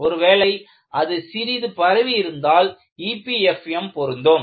ஒருவேளை அது சிறிது பரவி இருந்தால் EPFM பொருந்தும்